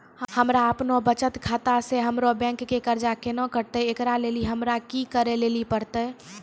हमरा आपनौ बचत खाता से हमरौ बैंक के कर्जा केना कटतै ऐकरा लेली हमरा कि करै लेली परतै?